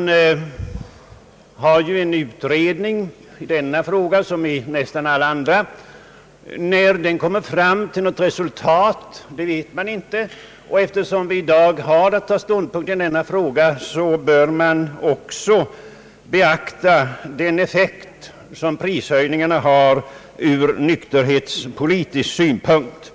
i dag, ty i denna fråga liksom i nästan alla andra pågår ju en utredning. När utredningen kommer fram till något resultat vet man inte, men då vi i dag skall ta ståndpunkt i den föreliggande frågan, så bör vi också beakta den effekt som prishöjlingar har ur nykterhetspolitisk synpunkt.